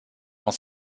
dans